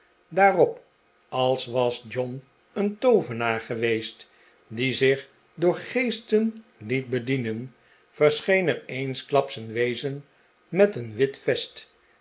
daarop als was john een toovenaar geweest die zich door geesten liet bedienen verscheen er eensklaps een wezen met een wit vest